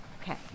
Okay